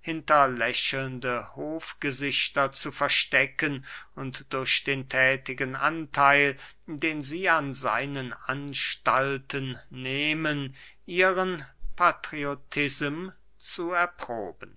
hinter lächelnde hofgesichter zu verstecken und durch den thätigen antheil den sie an seinen anstalten nehmen ihren patriotism zu erproben